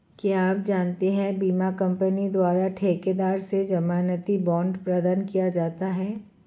क्या आप जानते है बीमा कंपनी द्वारा ठेकेदार से ज़मानती बॉण्ड प्रदान किया जाता है?